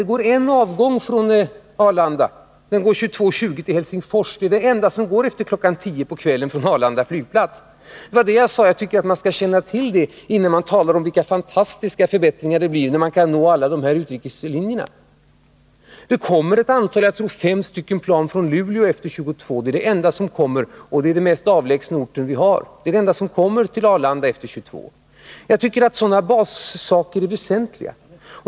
Det är en avgång från Arlanda flygplats efter kl. 22.00 — avgången 22.20 till Helsingfors. Jag tycker att man skall känna till detta, innan man talar om vilka fantastiska förbättringar det blir när man kan nå alla utrikeslinjerna. Det kommer ett antal — jag tror att det är fem — plan från Luleå efter kl. 22.00. Det är de enda ankommande planen, och Luleå är alltså den mest avlägsna orten. Sådana baskunskaper är väsentliga.